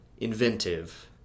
inventive